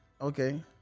Okay